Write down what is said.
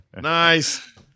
Nice